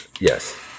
Yes